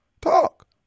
talk